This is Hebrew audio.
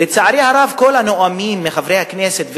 לצערי הרב, כל הנואמים מחברי הכנסת וכו'